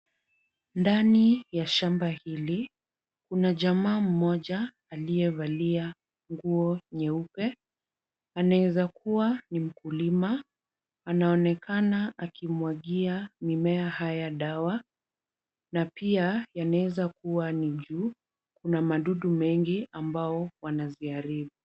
Ndani ya shamba hili, kuna jamaa mmoja aliyevalia nguo nyeupe. Anaeza kuwa ni mkulima anaonekana akimwagia mimea haya dawa, na pia anaweza kua ni juu kuna madudu mengi ambao wanaviharibu.